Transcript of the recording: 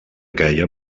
queia